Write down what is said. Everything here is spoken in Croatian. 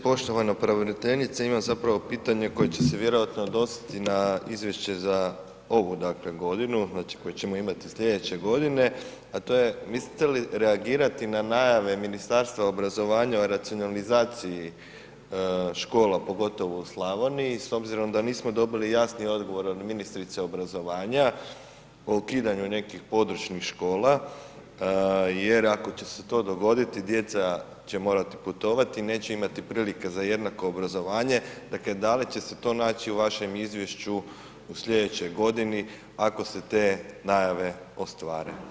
Poštovana pravobraniteljice, imam zapravo pitanje koje će se vjerojatno odnositi na izvješće za ovu dakle godinu, znači koje ćemo imati sljedeće godine a to je, mislite li reagirati na najave Ministarstva obrazovanja o racionalizaciji škola pogotovo u Slavoniji s obzirom da nismo dobili jasni odgovor od ministrice obrazovanja o ukidanju nekih područnih škola, jer ako će se to dogoditi djeca će morati putovati i neće imati prilike za jednako obrazovanje, dakle da li će se to naći u vašem izvješću u sljedećoj godini ako se te najave ostvare.